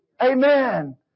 Amen